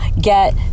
get